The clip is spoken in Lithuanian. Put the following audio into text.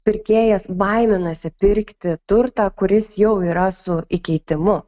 pirkėjas baiminasi pirkti turtą kuris jau yra su įkeitimu